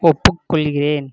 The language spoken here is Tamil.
ஒப்புக்கொள்கிறேன்